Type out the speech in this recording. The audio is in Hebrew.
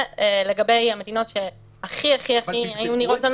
ולגבי המדינות שהכי הכי הכי היו נראות לנו